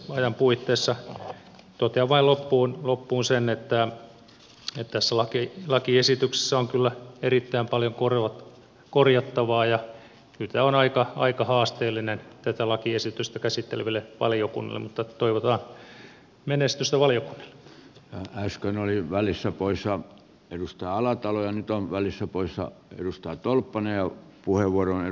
ajan puitteissa totean vain loppuun sen että tässä lakiesityksessä on kyllä erittäin paljon korjattavaa ja nyt tämä on aika haasteellinen tätä lakiesitystä käsitteleville valiokunnille mutta toivotan menestystä oli äsken oli välissä voisi ryhtyä alatalojen välissä porissa edustaa tolpan eun valiokunnille